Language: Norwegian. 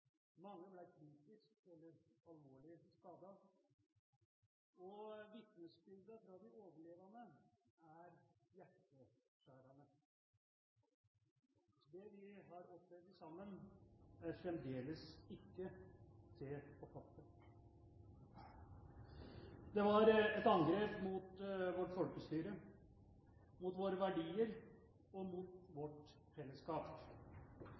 Mange ble kritisk eller alvorlig skadet, og vitnesbyrdene fra de overlevende er hjerteskjærende. Det vi har opplevd sammen, er fremdeles ikke til å fatte. Det var et angrep mot vårt folkestyre, mot våre verdier og mot